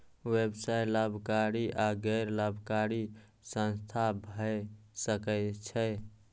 व्यवसाय लाभकारी आ गैर लाभकारी संस्था भए सकै छै